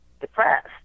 depressed